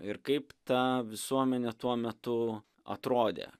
ir kaip ta visuomenė tuo metu atrodė